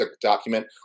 document